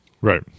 right